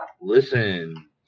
listen